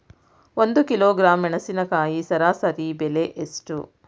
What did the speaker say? ಒಂದು ಕಿಲೋಗ್ರಾಂ ಮೆಣಸಿನಕಾಯಿ ಸರಾಸರಿ ಬೆಲೆ ಎಷ್ಟು?